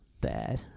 bad